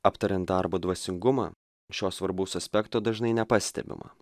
aptariant darbo dvasingumą šio svarbaus aspekto dažnai nepastebima